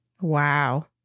wow